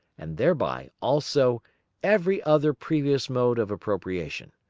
and thereby also every other previous mode of appropriation.